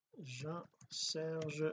Jean-Serge